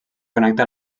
connecta